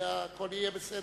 והכול יהיה בסדר.